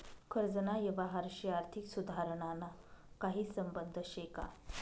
कर्जना यवहारशी आर्थिक सुधारणाना काही संबंध शे का?